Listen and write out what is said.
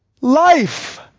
Life